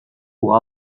pour